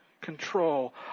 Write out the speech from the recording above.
control